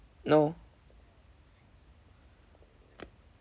no